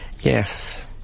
yes